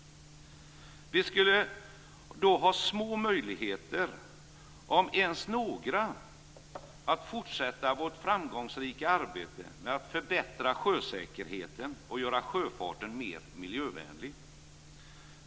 Vid en utflaggning skulle vi ha små möjligheter, om ens några, att fortsätta vårt framgångsrika arbete med att förbättra sjösäkerheten och göra sjöfarten mera miljövänlig.